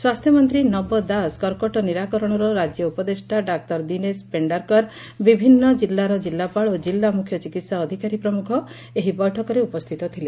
ସ୍ୱାସ୍ଥ୍ମନ୍ତୀ ନବ ଦାସ କର୍କଟ ନିରାକରଣର ରାଜ୍ୟ ଉପଦେଷା ଡାକ୍ତର ଦୀନେଶ ପେଣାର୍କର୍ ବିଭିନୁ ଜିଲ୍ଲାର ଜିଲ୍ଲାପାଳ ଓ ଜିଲ୍ଲା ମୁଖ୍ୟ ଚିକିହା ଅଧିକାରୀ ପ୍ରମୁଖ ଏହି ବୈଠକରେ ଉପସ୍ଥିତ ଥିଲେ